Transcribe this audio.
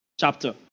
chapter